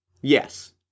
Yes